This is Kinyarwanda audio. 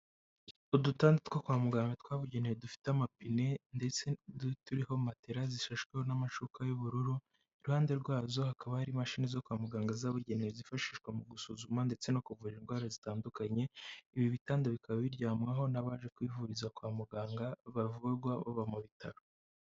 Udutanda two kwa muganga twabugenewe dufite amapine ndetse turiho matera zisashweho n'amashuka y'ubururu, iruhande rwazo hakaba hari imashini zo kwa muganga zabugenewe zifashishwa mu gusuzuma ndetse no kuvura indwara zitandukanye, ibi bitanda bikaba biryamwaho n'abaje kwivuriza kwa muganga bavurwa baba mu bitaro.